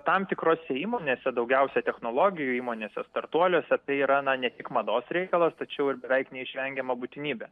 tam tikrose įmonėse daugiausia technologijų įmonėse startuoliuose tai yra na ne tik mados reikalas tačiau ir beveik neišvengiama būtinybė